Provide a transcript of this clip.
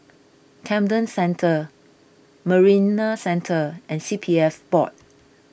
Camden Centre Marina Centre and C P F Board